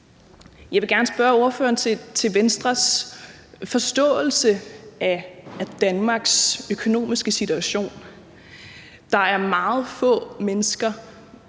Jeg vil gerne spørge ordføreren til Venstres forståelse af Danmarks økonomiske situation. Der er meget få mennesker,